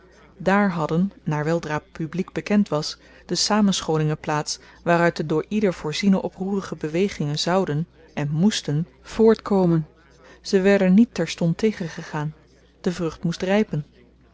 daar hadden naar weldra publiek bekend was de samenscholingen plaats waaruit de door ieder voorziene oproerige bewegingen zouden en moesten voortkomen ze werden niet terstond tegengegaan de vrucht moest rypen